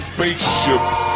Spaceships